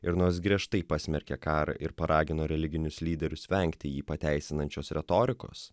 ir nors griežtai pasmerkė karą ir paragino religinius lyderius vengti jį pateisinančios retorikos